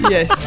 Yes